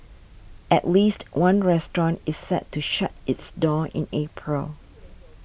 at least one restaurant is set to shut its doors in April